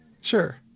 Sure